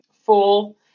full